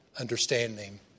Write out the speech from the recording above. understanding